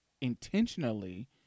intentionally